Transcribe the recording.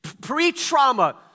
Pre-trauma